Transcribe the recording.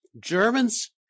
Germans